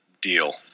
Deal